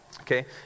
Okay